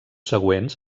següents